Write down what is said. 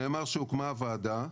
נאמר שהוקמה הוועדה,